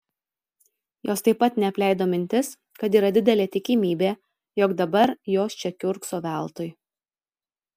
jos taip pat neapleido mintis kad yra didelė tikimybė jog dabar jos čia kiurkso veltui